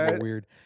weird